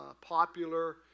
popular